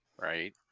right